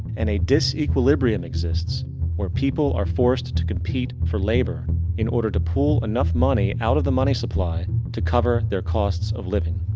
and a disequilibrium exists where people are forced to compete for labor in order to pull enough money out of the money supply to cover their costs of living.